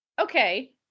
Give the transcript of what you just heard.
Okay